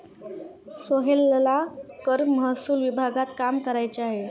सोहेलला कर महसूल विभागात काम करायचे आहे